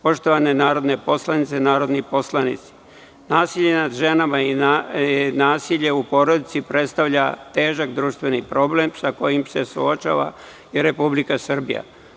Poštovane narodne poslanice, poštovani narodni poslanici, nasilje nad ženama i nasilje u porodici predstavlja težak društveni problem sa kojim se suočava i Republika Srbija.